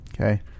Okay